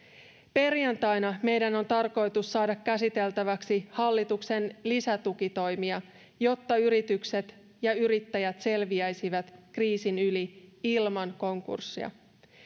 perjantaina meidän on tarkoitus saada käsiteltäväksi hallituksen lisätukitoimia jotta yritykset ja yrittäjät selviäisivät kriisin yli ilman konkurssia